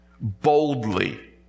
boldly